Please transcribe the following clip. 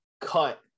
cut